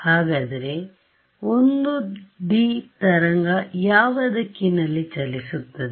ಹಾಗಾದರೆ 1D ತರಂಗ ಯಾವ ದಿಕ್ಕಿನಲ್ಲಿ ಚಲಿಸುತ್ತಿದೆ